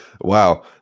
Wow